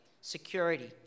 Security